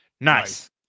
Nice